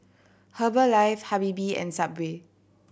Herbalife Habibie and Subway